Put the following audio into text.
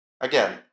again